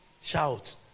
shout